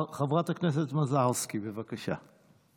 חברת הכנסת מזרסקי, בבקשה.